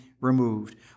removed